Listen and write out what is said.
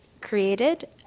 created